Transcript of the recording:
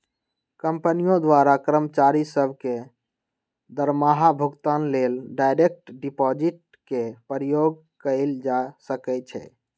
कंपनियों द्वारा कर्मचारि सभ के दरमाहा भुगतान लेल डायरेक्ट डिपाजिट के प्रयोग कएल जा सकै छै